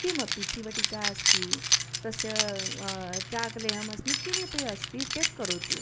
किमपि चिवटिका अस्ति तस्य चाक्लेहम् अस्मि किमपि अस्ति चेत् करोतु